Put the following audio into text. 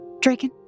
Draken